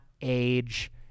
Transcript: age